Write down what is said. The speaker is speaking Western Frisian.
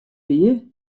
wie